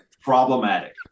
problematic